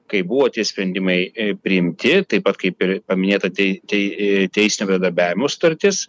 kai buvo tie sprendimai priimti taip pat kaip ir paminėta tai tai teisinio bendradarbiavimo sutartis